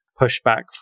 pushback